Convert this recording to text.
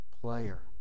player